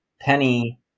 Penny